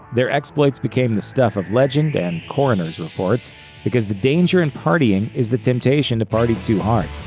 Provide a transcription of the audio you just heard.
their exploits became the stuff of legend and coroners' reports because the danger in partying is the temptation to party too hard.